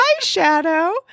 eyeshadow